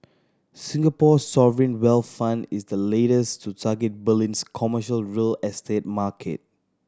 Singapore's sovereign wealth fund is the latest to target Berlin's commercial real estate market